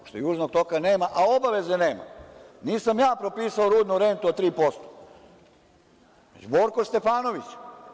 Pošto „Južnog toka“ nema, a obaveze nema, nisam ja propisao rudnu rentu od 3% već Borko Stefanović.